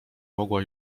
mogła